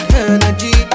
energy